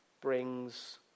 brings